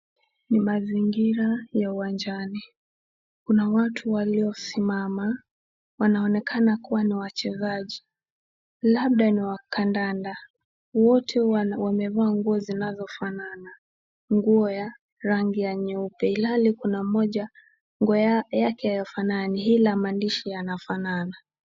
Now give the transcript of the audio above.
Ni mazingira ya uwanjani, kuna watu walio simama wanaonekana kuwa ni wachezaji labda ni wa kandanda. Wote wamevaa nguo zinazo fanana. Nguo ya rangi ya nyeupe ilhali kuna mmoja nguo yake haifanani ila maandishi yanafanana.